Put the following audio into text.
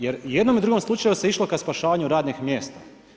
Jer i u jednom i drugom slučaju se išlo ka spašavanju radnih mjesta.